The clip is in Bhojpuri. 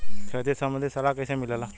खेती संबंधित सलाह कैसे मिलेला?